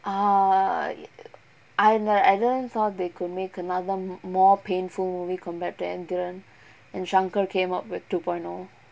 uh I don't know I didn't thought they could make another m~ more painful movie compared to Enthiran and shankar came up with two point O